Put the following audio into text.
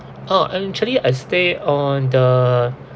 oh actually I stayed on the